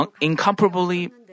incomparably